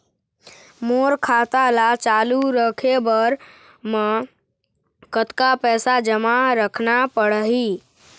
मोर खाता ला चालू रखे बर म कतका पैसा जमा रखना पड़ही?